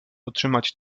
otrzymać